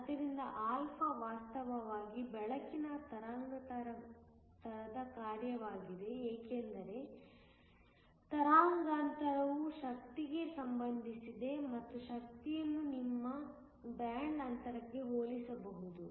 ಆದ್ದರಿಂದ α ವಾಸ್ತವವಾಗಿ ಬೆಳಕಿನ ತರಂಗಾಂತರದ ಕಾರ್ಯವಾಗಿದೆ ಏಕೆಂದರೆ ತರಂಗಾಂತರವು ಶಕ್ತಿಗೆ ಸಂಬಂಧಿಸಿದೆ ಮತ್ತು ಶಕ್ತಿಯನ್ನು ನಿಮ್ಮ ಬ್ಯಾಂಡ್ ಅಂತರಕ್ಕೆ ಹೋಲಿಸಬಹುದು